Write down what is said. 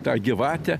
tą gyvatę